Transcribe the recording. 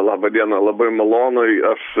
laba diena labai malonu aš